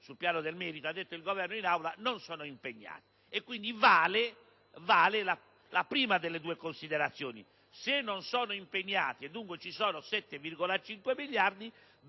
Sul piano del merito ribadisco che il Governo in Aula ha detto che non sono impegnati e quindi vale la prima delle due considerazioni: se non sono impegnati, e dunque ci sono 7,5 miliardi,